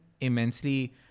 immensely